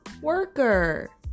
worker